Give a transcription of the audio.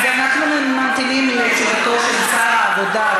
אז אנחנו ממתינים לתשובתו של שר העבודה,